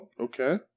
Okay